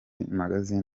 magasin